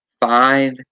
five